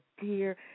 dear